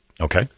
Okay